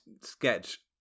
sketch